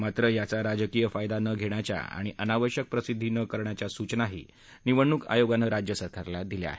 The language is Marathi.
मात्र याचा राजकीय फायदा न घेण्याच्या आणि अनावश्यक प्रसिद्धी न करण्याच्या सूचनाही निवडण्क आयोगानं राज्य सरकारला दिल्या आहेत